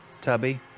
Tubby